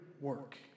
work